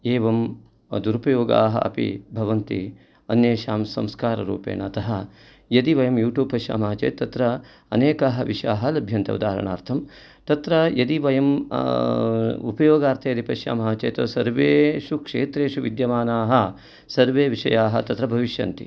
एवं दुरुपयोगाः अपि भवन्ति अन्येषां संस्काररूपेण अतः यदि वयं यूट्यूब् पश्यामः चेत् तत्र अनेकाः विषयाः लभ्यन्ते उदाहरणार्थं तत्र यदि वयं उपयोगार्थे यदि पश्यामः चेत् सर्वेषु क्षेत्रेषु विद्यमानाः सर्वे विषयाः तत्र भविष्यन्ति